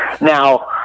Now